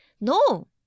No